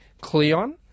Cleon